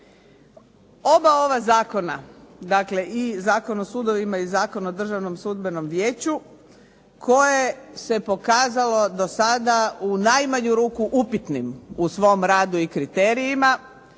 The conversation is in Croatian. Oba ova zakona, dakle i Zakon o sudovima i Zakon o Državnom sudbenom vijeću, koje se pokazalo do sada u najmanju ruku upitnim u svom radu i kriterijima,